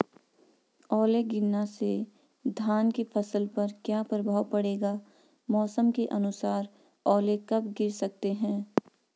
ओले गिरना से धान की फसल पर क्या प्रभाव पड़ेगा मौसम के अनुसार ओले कब गिर सकते हैं?